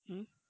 hmm